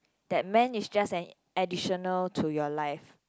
that man is just an additional to your life